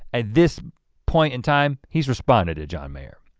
at this point in time, he's responded to john mayer.